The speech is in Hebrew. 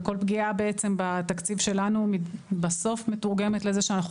וכל פגיעה בעצם בתקציב שלנו בסוף מתורגמת לזה שאנחנו